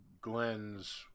Glenn's